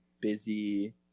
busy